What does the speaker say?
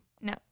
No